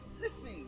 listen